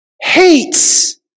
hates